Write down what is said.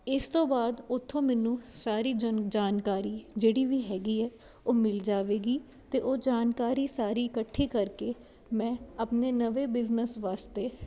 ਇਸਤੋਂ ਬਾਅਦ ਓਥੋਂ ਮੈਨੂੰ ਸਾਰੀ ਜਨ ਜਾਣਕਾਰੀ ਜਿਹੜੀ ਵੀ ਹੈਗੀ ਐ ਉਹ ਮਿਲ ਜਾਵੇਗੀ ਤੇ ਉਹ ਜਾਣਕਾਰੀ ਸਾਰੀ ਕੱਠੀ ਕਰਕੇ ਮੈਂ ਆਪਣੇ ਨਵੇਂ ਬਿਜਨਸ ਵਾਸਤੇ